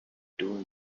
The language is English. dune